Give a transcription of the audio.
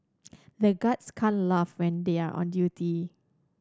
the guards can laugh when they are on duty